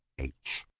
h.